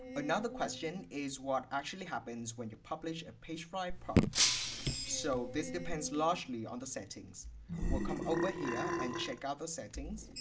another question is what actually happens when you publish a pagefly product page so this depends largely on the settings we'll come over here and check out the settings